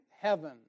heaven